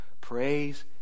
Praise